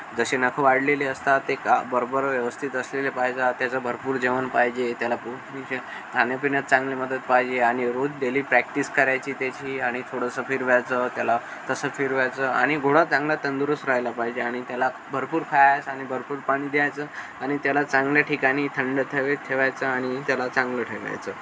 जसे नखं वाढलेली असतात ते का बरोबर व्यवस्थित असलेले पाहिजेत त्याचं भरपूर जेवण पाहिजे त्याला खाण्यापिण्यात चांगली मदत पाहिजे आणि रोज डेली प्रॅक्टीस करायची त्याची आणि थोडंसं फिरवायचं त्याला तसं फिरवायचं आणि घोडा चांगला तंदुरूस्त राहिला पाहिजे आणि त्याला भरपूर खायास आणि भरपूर पाणी द्यायचं आणि त्याला चांगल्या ठिकाणी थंड हवेत ठेवायचं आणि त्याला चांगलं ठेवायचं